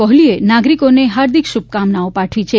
કોહલીએ નાગરિકોને હાર્દિક શુભકામનાઓ પાઠવી છે